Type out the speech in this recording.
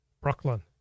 Brooklyn